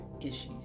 issues